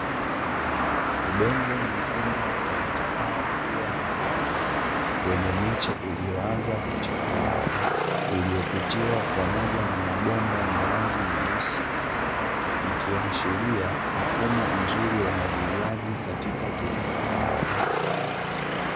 Udongo mwekundu uonekanao kuwa na rutuba wenye miche iliyoanza kuchepua, uliopitiwa pamoja na mabomba yenye rangi nyeusi ikiashiria mfumo mzuri wa umwagiliaji katika kilimo.